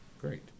great